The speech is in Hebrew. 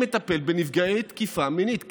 מי מטפל בנפגעי תקיפה מינית?